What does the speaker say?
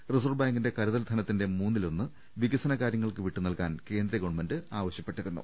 reserve ബാങ്കിന്റെ കരുതൽ ധനത്തിന്റെ മൂന്നിലൊന്ന് വികസന കാര്യങ്ങൾക്ക് വിട്ടു നൽകാൻ കേന്ദ്ര ഗവൺമെന്റ് ആവശ്യപ്പെട്ടിരുന്നു